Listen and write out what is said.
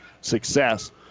success